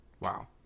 wow